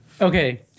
Okay